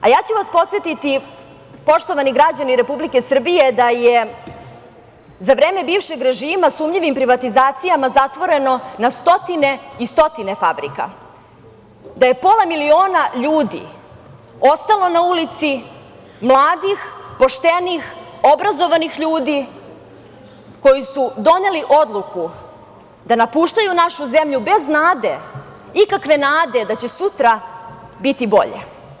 Ja ću vas podsetiti, poštovani građani Republike Srbije, da je za vreme bivšeg režima sumnjivim privatizacijama zatvoreno na stotine i stotine fabrika, da je pola miliona ljudi ostalo na ulici, mladih, poštenih, obrazovanih ljudi koji su doneli odluku da napuštaju našu zemlju bez nade, ikakve nade, da će sutra biti bolje.